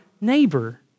neighbor